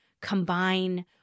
combine